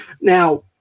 Now